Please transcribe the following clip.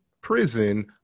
prison